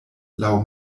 laŭ